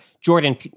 Jordan